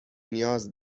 نیاز